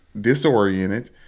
disoriented